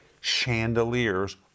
chandeliers